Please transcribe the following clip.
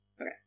Okay